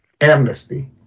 amnesty